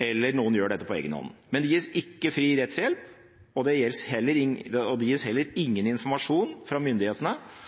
eller noen gjør dette på egen hånd. Men det gis ikke fri rettshjelp, og det gis heller